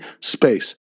space